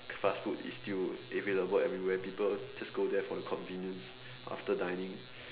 fast food is still available everywhere people just go there for the convenience after dining